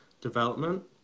development